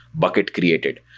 bucket created,